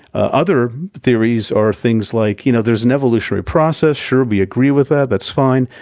other theories are things like, you know, there's an evolutionary process, sure we agree with that, that's fine,